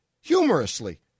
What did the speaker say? humorously